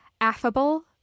affable